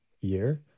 year